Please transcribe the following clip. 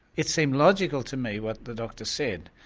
it seemed logical to me what the doctor said.